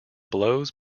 blows